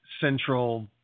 central